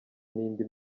n’indi